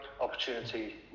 opportunity